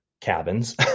cabins